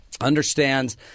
understands